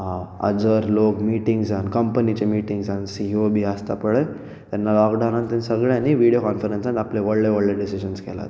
जर लोग मिटिंगजान कंपनीचे मिटिंगजान सीईओ बी आसता पळय तेन्ना लॉकडावनान सगळ्यांनी विडयो कॉनफरन्सान आपले व्हडले व्हडले डिसिजन्स केलात